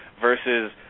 versus